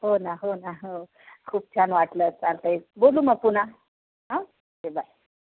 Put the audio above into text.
हो ना हो ना हो खूप छान वाटलं चालत आहे बोलू मग पुन्हा हं बाय